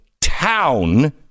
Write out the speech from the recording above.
town